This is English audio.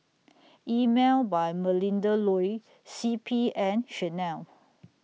Emel By Melinda Looi C P and Chanel